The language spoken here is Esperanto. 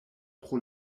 pro